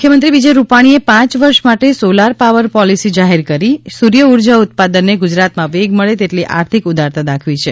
મુખ્યમંત્રી વિજય રૂપાણીએ પાંચ વર્ષ માટેની સોલર પાવર પોલિસી જાહેર કરીને સૂર્યઉર્જા ઉત્પાદન ને ગુજરાતમાં વેગ મળે તેટલી આર્થિક ઉદારતા દાખવી છે